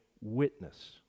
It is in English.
Witness